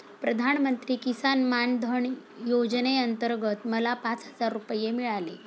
प्रधानमंत्री किसान मान धन योजनेअंतर्गत मला पाच हजार रुपये मिळाले